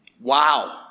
Wow